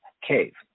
cave